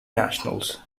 nationals